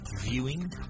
viewing